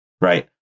right